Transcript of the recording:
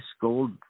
gold